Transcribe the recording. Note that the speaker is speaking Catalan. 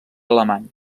alemany